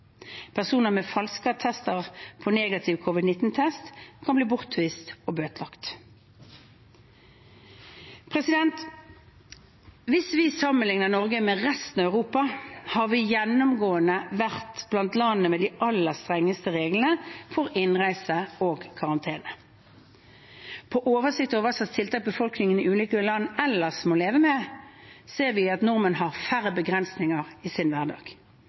Personer med falsk attest på negativ covid-19-test kan bli bortvist og bøtelagt. Hvis vi sammenligner Norge med resten av Europa, har vi gjennomgående vært blant landene med de aller strengeste reglene for innreise og karantene. På oversikter over hva slags tiltak befolkningen i ulike land ellers må leve med, ser vi at nordmenn har færre begrensninger i sin hverdag.